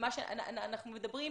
אנחנו מדברים